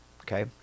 Okay